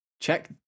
check